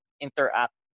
interact